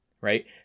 right